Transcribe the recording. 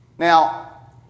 Now